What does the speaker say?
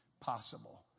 possible